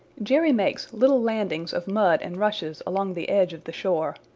jerry makes little landings of mud and rushes along the edge of the shore.